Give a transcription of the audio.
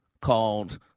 called